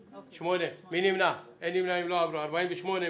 8 נמנעים, 1 הצעה לתיקון החקיקה (86)